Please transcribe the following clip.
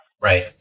Right